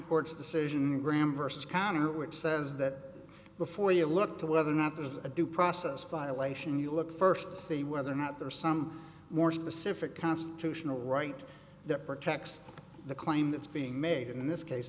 court's decision graham versus conner which says that before you look to whether or not there's a due process violation you look first to see whether or not there are some more specific constitutional right that protects the claim that's being made in this case